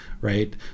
right